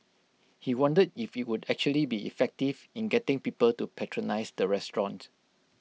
he wondered if IT would actually be effective in getting people to patronise the restaurant